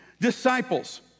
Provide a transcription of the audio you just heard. disciples